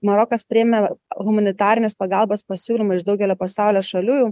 marokas priėmė humanitarinės pagalbos pasiūlymą iš daugelio pasaulio šalių